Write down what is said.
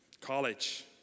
college